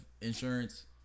insurance